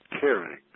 caring